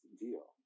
deal